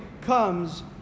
comes